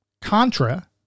Contra